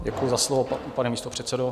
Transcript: Děkuji za slovo, pane místopředsedo.